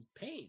pain